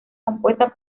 compuesta